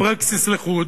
הפרקסיס לחוד.